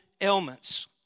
ailments